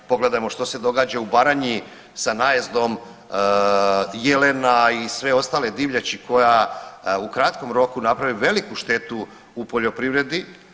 Pogledajmo što se događa u Baranji sa najezdom jelena i sve ostale divljači koja u kratkom roku napravi veliku štetu u poljoprivredi.